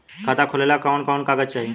खाता खोलेला कवन कवन कागज चाहीं?